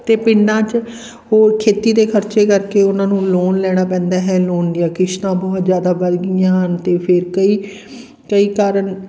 ਅਤੇ ਪਿੰਡਾਂ 'ਚ ਹੋਰ ਖੇਤੀ ਦੇ ਖਰਚੇ ਕਰਕੇ ਉਹਨਾਂ ਨੂੰ ਲੋਨ ਲੈਣਾ ਪੈਂਦਾ ਹੈ ਲੋਨ ਦੀਆਂ ਕਿਸ਼ਤਾਂ ਬਹੁਤ ਜ਼ਿਆਦਾ ਵੱਧ ਗਈਆਂ ਹਨ ਅਤੇ ਫੇਰ ਕਈ ਕਈ ਕਾਰਨ